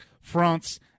France